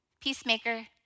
Peacemaker